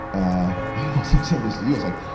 ah, i also said this to you. i was like,